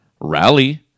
Rally